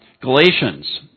Galatians